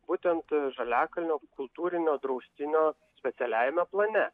būtent žaliakalnio kultūrinio draustinio specialiajame plane